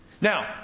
Now